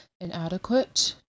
inadequate